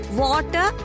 water